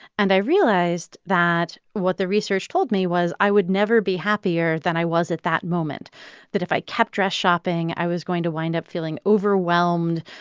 and i realized that what the research told me was i would never be happier than i was at that moment that if i kept dress shopping, i was going to wind up feeling overwhelmed.